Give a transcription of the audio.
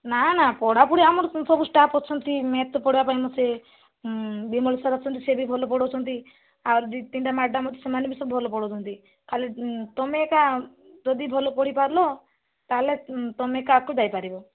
ନା ନା ପଢ଼ାପଢ଼ି ଆମର ସବୁ ଷ୍ଟାପ୍ ଅଛନ୍ତି ମ୍ୟାଥ୍ ପଢ଼ାଇବା ଆମର ସେ ପାଇଁ ବିମଳ ସାର୍ ଅଛନ୍ତି ସେ ବି ଭଲ ପଢ଼ାଉଛନ୍ତି ଆଉ ଦୁଇ ତିନିଟା ମ୍ୟାଡ଼ାମ୍ ଅଛନ୍ତି ସେମାନେ ବି ସବୁ ଭଲ ପଢ଼ାଉଛନ୍ତି ଖାଲି ତମେ ଏକା ଯଦି ଭଲ ପଢ଼ିପାରିଲ ତା'ହେଲେ ତମେ କା ଆଗକୁ ଯାଇପାରିବ